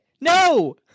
No